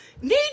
need